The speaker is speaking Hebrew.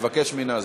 תבקש מנאזם.